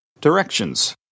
Directions